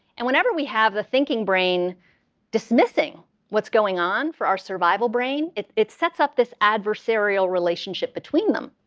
and whenever we have the thinking brain dismissing what's going on for our survival brain, it it sets up this adversarial relationship between them.